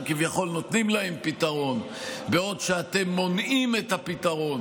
כביכול נותנים להם פתרון בעוד שאתם מונעים את הפתרון